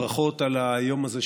הברכות על היום הזה,